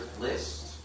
list